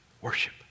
Worship